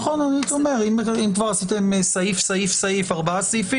נבחן אם יש צורך בהבהרה פה.